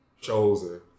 chosen